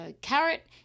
carrot